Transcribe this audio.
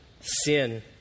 sin